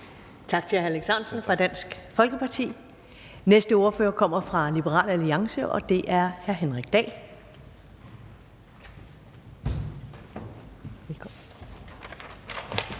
Tak til hr. Alex Ahrendtsen fra Dansk Folkeparti. Næste ordfører kommer fra Liberal Alliance, og det er hr. Henrik Dahl.